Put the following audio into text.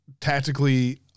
Tactically